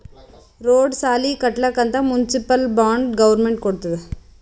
road, ಸಾಲಿ ಕಟ್ಲಕ್ ಅಂತ್ ಮುನ್ಸಿಪಲ್ ಬಾಂಡ್ ಗೌರ್ಮೆಂಟ್ ಕೊಡ್ತುದ್